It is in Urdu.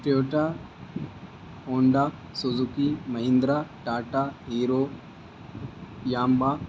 Toyota Honda Suzuki Mahindra Tata Hero Yamaha